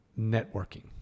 networking